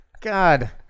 God